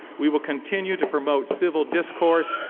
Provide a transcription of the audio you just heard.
we will continue to promote vivl discourse,